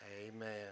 Amen